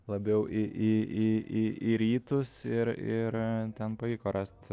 labiau į į į į į rytus ir ir ten pavyko rast